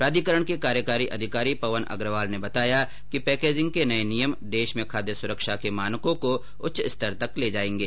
प्राधिकरण के कार्यकारी अधिकारी पवन अग्रवाल ने बताया है कि पैकेजिंग के नए नियम देश में खाद्य सुरक्षा के मानकों को उच्च स्तर तक ले जाएंगे